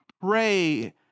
pray